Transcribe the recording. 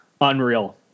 Unreal